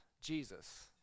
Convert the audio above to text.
Jesus